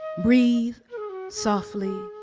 breathe softly,